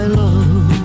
love